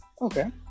Okay